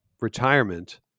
retirement